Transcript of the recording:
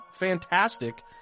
fantastic